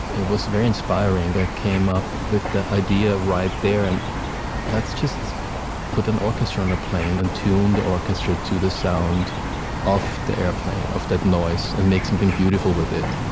it was very inspiring. i came up with the idea right there, and let's just put an orchestra on the plane and tune the orchestra to the sound of the airplane, of that noise, and make something beautiful with it.